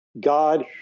God